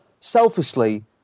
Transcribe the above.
selfishly